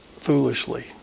foolishly